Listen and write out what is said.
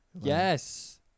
yes